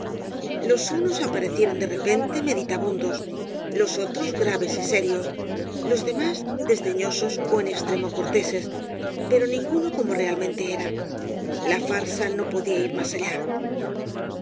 los unos aparecieron de repente meditabundos los otros graves y serios los demás desdeñosos ó en extremo corteses pero ninguno como realmente era la farsa no podía ir más allá